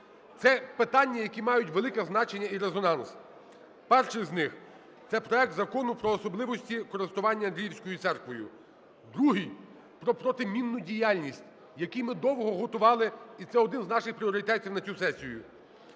це питання, які мають велике значення і резонанс. Перше з них - це проект Закону про особливості користування Андріївською церквою. Другий - про протимінну діяльність, який ми довго готували, і це один з наших пріоритетів на цю сесію.